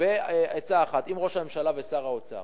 בעצה אחת עם ראש הממשלה ושר האוצר